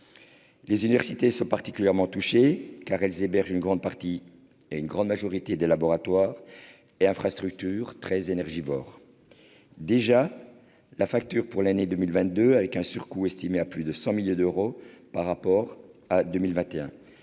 Les universités sont particulièrement touchées, car elles hébergent une grande majorité des laboratoires et infrastructures très énergivores. Déjà, la facture pour l'année 2022 a fait apparaître un surcoût estimé à plus de 100 millions d'euros par rapport à 2021.